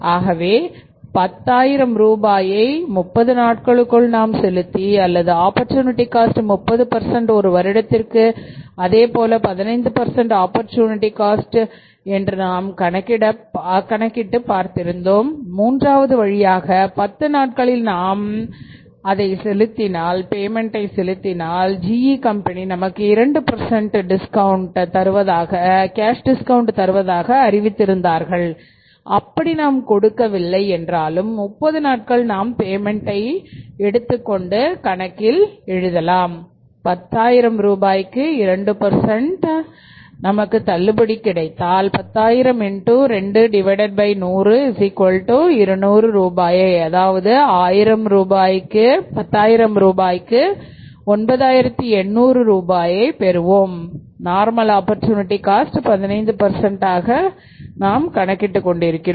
ஆகவே 10 ஆயிரம் ரூபாயை 30 நாட்களுக்குள் நாம் செலுத்தி அல்லது ஆப்பர்சூனிட்டி காஸ்ட் 30 ஒரு வருடத்திற்கு அதேபோல 15 ஆப்பர்சூனிட்டி காஸ்ட என்று நாம் கணக்கிட பார்த்திருந்தோம் மூன்றாவது வழியாக 10 நாட்களில் நம் அண்டை செலுத்தினால் GE கம்பெனி நமக்கு 2 டிஸ்கவுண்ட் தருவதாக அறிவித்து இருந்தார்கள் அப்படி நாம் கொடுக்கவில்லை என்றாலும் 30 நாட்கள் நாம் பேமென்ட்டை எழுதலாம் என்று கணக்கில் குறிப்பிடப்பட்டிருக்கிறது 10000 ரூபாய்க்கு 2 விற்க தள்ளுபடி பெற்றால்10000X2100200 ரூபாயை அதாவது 1000 ரூபாய் 9800 பெறுவோம் நார்மல் ஆப்பர்சூனிட்டி காஸ்ட 15 என்று கணக்கில் கொடுக்கப்பட்டிருந்தது